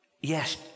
yes